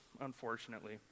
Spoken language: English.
unfortunately